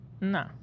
No